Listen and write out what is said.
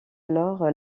alors